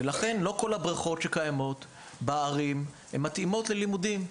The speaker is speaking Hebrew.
לכן לא כל הבריכות שקיימות בערים מתאימות ללימודי שחייה.